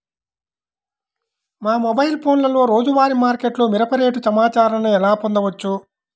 మా మొబైల్ ఫోన్లలో రోజువారీ మార్కెట్లో మిరప రేటు సమాచారాన్ని ఎలా పొందవచ్చు?